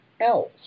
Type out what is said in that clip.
else